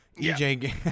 EJ